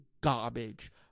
garbage